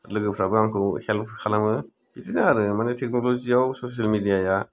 लोगोफ्राबो आंखौ हेल्प खालामो बिदिनो आरो माने टेकनलजि आव ससेल मिडिया आ